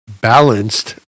balanced